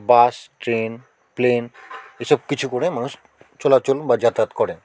বাস train plane এসব কিছু করে মানুষ চলাচল বা যাতায়াত করেন